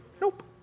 Nope